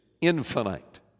infinite